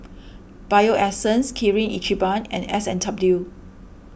Bio Essence Kirin Ichiban and S and W